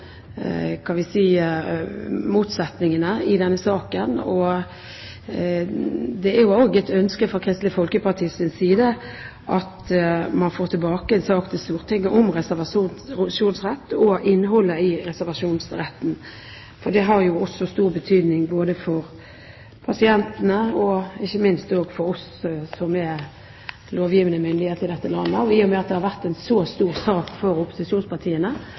motsetningene i denne saken. Det er også et ønske fra Kristelig Folkepartis side at man får tilbake en sak til Stortinget om reservasjonsrett og innholdet i reservasjonsretten. For det har jo også stor betydning for pasientene og ikke minst for oss som er lovgivende myndighet i dette landet. I og med at dette har vært en så stor sak for opposisjonspartiene,